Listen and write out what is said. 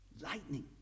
Lightning